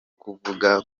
kuvuga